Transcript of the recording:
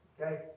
Okay